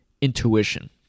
intuition